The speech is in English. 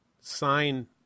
Sign